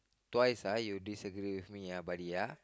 twice uh you disagree with me uh buddy uh